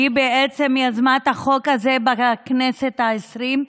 שהיא יזמה את החוק הזה בכנסת העשרים.